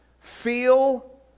feel